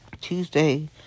Tuesday